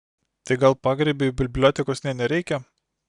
tai gal pagrybiui bibliotekos nė nereikia